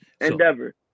Endeavor